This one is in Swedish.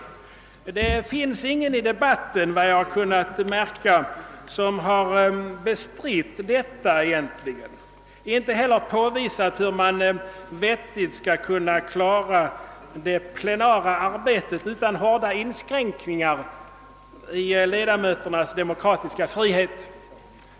Såvitt jag har kunnat märka finns det ingen i debatten som har bestritt detta, och inte heller har någon påvisat hur man vettigt skall kunna klara det plenara arbetet utan inskränkningar i ledamöternas demokratiska frihet.